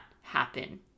happen